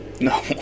no